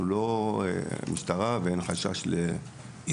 אנחנו לא משטרה ואין חשש ל --- יצחק,